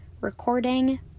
recording